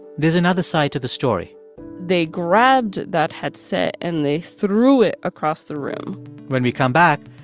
there's another side to the story they grabbed that headset, and they threw it across the room when we come back,